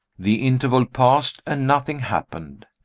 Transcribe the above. the interval passed, and nothing happened.